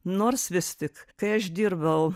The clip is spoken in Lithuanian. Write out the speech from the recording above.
nors vis tik kai aš dirbau